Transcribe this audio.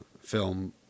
film